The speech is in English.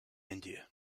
india